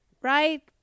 right